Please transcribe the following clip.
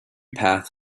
path